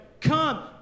Come